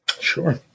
Sure